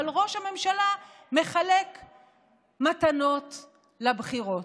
אבל ראש הממשלה מחלק מתנות לבחירות.